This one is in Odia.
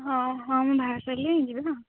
ହଁ ହଁ ମୁଁ ବାହାରି ସାରିଲିଣି ଯିବା ଆଉ